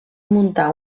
muntar